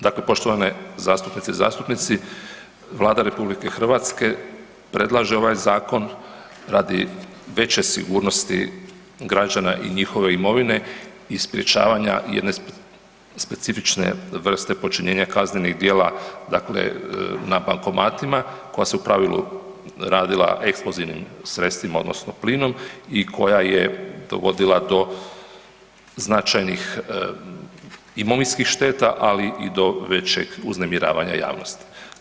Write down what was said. Dakle poštovane zastupnice i zastupnici, Vlada RH predlaže ovaj zakon radi veće sigurnosti građana i njihove imovine i sprječavanja jedne specifične vrste počinjenja kaznenih djela dakle na bankomatima koja su se u pravilu radila eksplozivnim sredstvima odnosno plinom i koja je dovodila do značajnih imovinskih šteta, ali i do većeg uznemiravanja javnosti.